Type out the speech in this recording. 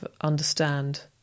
understand